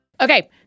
Okay